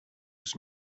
was